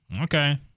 Okay